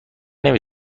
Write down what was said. نمی